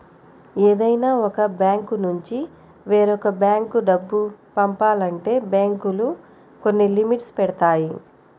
ఏదైనా ఒక బ్యాంకునుంచి వేరొక బ్యేంకు డబ్బు పంపాలంటే బ్యేంకులు కొన్ని లిమిట్స్ పెడతాయి